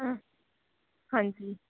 ਹਮ ਹਾਂਜੀ